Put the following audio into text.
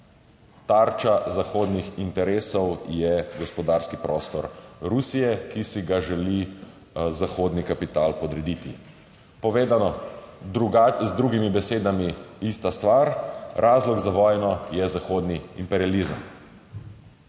tarča zahodnih interesov je gospodarski prostor Rusije, ki si ga želi zahodni kapital podrediti. Povedano z drugimi besedami, ista stvar – razlog za vojno je zahodni imperializem.